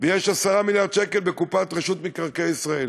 ויש 10 מיליארד שקל בקופת רשות מקרקעי ישראל.